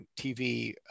TV